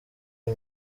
iyi